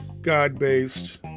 God-based